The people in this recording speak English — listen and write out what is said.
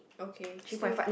okay still